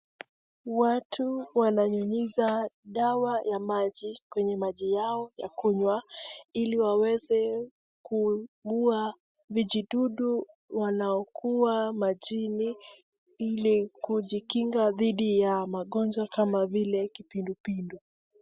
Watu wananyunyiza dawa ya maji kwenye maji yao ya kunywa, ili waweze kuua vijidudu wanaokuwa majini, ili kujikinga dhidi ya magonjwa kama vile kipindupindu.